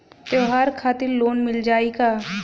त्योहार खातिर लोन मिल जाई का?